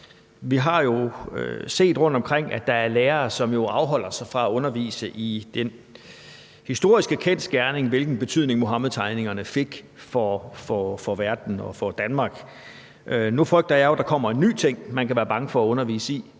Vi har jo set, at der rundtomkring er lærere, som afholder sig fra at undervise i den historiske kendsgerning om, hvilken betydning Muhammedtegningerne fik for verden og for Danmark, og nu frygter jeg jo, at der kommer en ny ting, som man kan være bange for at undervise i,